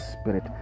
spirit